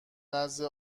نزد